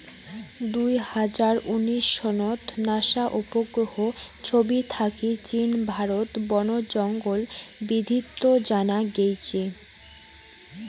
দুই হাজার উনিশ সনত নাসা উপগ্রহর ছবি থাকি চীন, ভারত বনজঙ্গল বিদ্ধিত জানা গেইছে